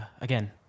again